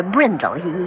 Brindle